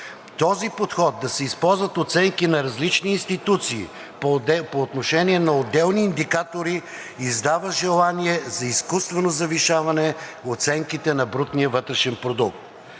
Този подход да се използват оценки на различни институции по отношение на отделни индикатори издава желание за изкуствено завишаване оценките на брутния вътрешен продукт.